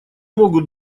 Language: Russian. могут